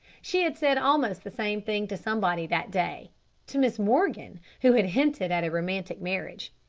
she had said almost the same thing to somebody that day to mrs. morgan, who had hinted at a romantic marriage.